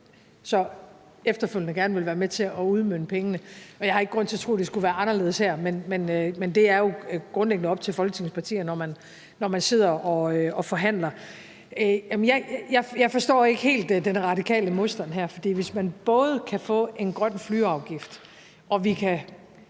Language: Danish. også efterfølgende gerne vil være med til at udmønte pengene. Jeg har ikke grund til at tro, at det skulle være anderledes her. Men det er jo grundlæggende op til Folketingets partier, når man sidder og forhandler. Jeg forstår ikke helt den radikale modstand her, hvis man både kan få en grøn flyafgift og kan